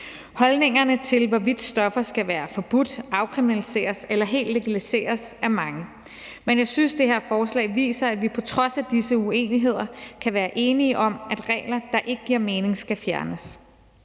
Holdningerne til, hvorvidt stoffer skal være forbudt, afkriminaliseres eller helt legaliseres, er mange. Men jeg synes, det her forslag viser, at vi på trods af disse uenigheder kan være enige om, at regler, der ikke giver mening, skal fjernes,